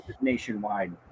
nationwide